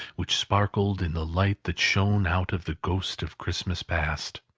which sparkled in the light that shone out of the ghost of christmas past.